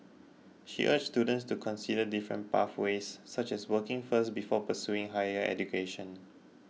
she urged students to consider different pathways such as working first before pursuing higher education